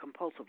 compulsively